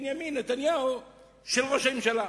ראש הממשלה.